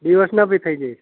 દિવસના બી થઈ જાય